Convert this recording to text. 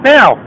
Now